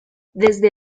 desde